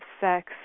sex